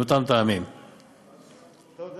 תודה